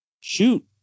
shoot